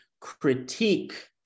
critique